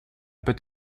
peut